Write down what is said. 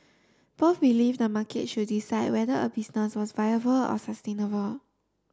both believe the market should decide whether a business was viable or sustainable